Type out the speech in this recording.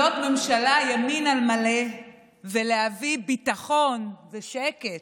ממשלת ימין על מלא ולהביא ביטחון ושקט,